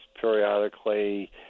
periodically